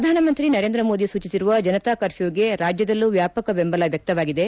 ಪ್ರಧಾನಮಂತ್ರಿ ನರೇಂದ್ರ ಮೋದಿ ಸೂಚಿಸಿರುವ ಜನತಾ ಕರ್ಮ್ಯೂಗೆ ರಾಜ್ಯದಲ್ಲೂ ವ್ಯಾಪಕ ಬೆಂಬಲ ವ್ಯಕ್ತವಾಗಿದೆ